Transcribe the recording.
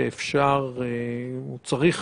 שצריך